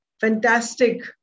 fantastic